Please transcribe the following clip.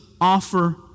offer